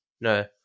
no